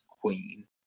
Queen